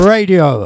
Radio